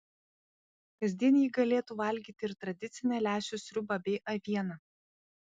kasdien ji galėtų valgyti ir tradicinę lęšių sriubą bei avieną